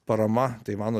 parama taivano